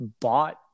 bought